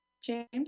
James